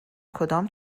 کدام